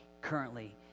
Currently